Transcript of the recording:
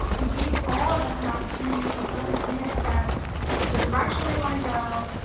it gave all of us an opportunity to really reassess the direction we wanna go,